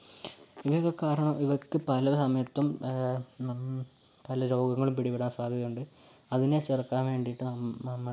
ഇവയൊക്കെ കാരണം ഇവയ്ക്ക് പല സമയത്തും പല രോഗങ്ങളും പിടിപെടാൻ സാധ്യതയുണ്ട് അതിനെ ചെറുക്കാൻ വേണ്ടിയിട്ട് നമ്മൾ